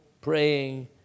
praying